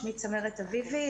שמי צמרת אביבי,